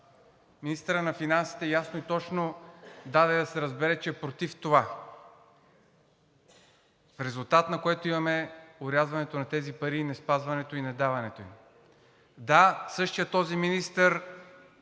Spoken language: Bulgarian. министърът на финансите ясно и точно даде да се разбере, че е против това, в резултат на което имаме орязването на тези пари и неспазването, и недаването им. Да, същият този министър